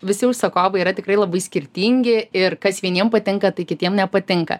visi užsakovai yra tikrai labai skirtingi ir kas vieniem patinka tai kitiem nepatinka